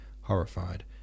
horrified